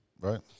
Right